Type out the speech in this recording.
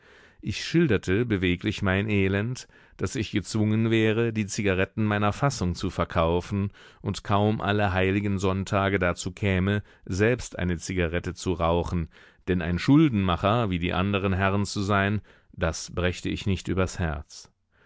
ich schilderte beweglich mein elend daß ich gezwungen wäre die zigaretten meiner fassung zu verkaufen und kaum alle heiligen sonntage dazu käme selbst eine zigarette zu rauchen denn ein schuldenmacher wie die anderen herren zu sein das brächte ich nicht übers herz